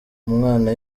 umwana